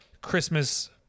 Christmas